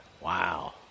Wow